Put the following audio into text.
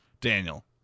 Daniel